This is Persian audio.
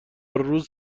روز